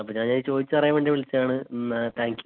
അപ്പോള് ഞാനതു ചോദിച്ചറിയാൻവേണ്ടി വിളിച്ചതാണ് എന്നാല് താങ്ക്യു